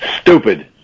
Stupid